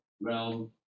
realm